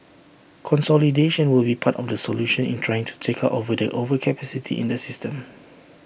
consolidation will be part of the solution in trying to take out the overcapacity in the system